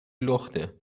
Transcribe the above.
لخته